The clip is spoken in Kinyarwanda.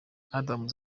adams